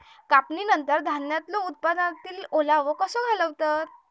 कापणीनंतर धान्यांचो उत्पादनातील ओलावो कसो घालवतत?